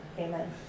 Amen